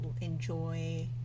enjoy